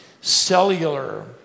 cellular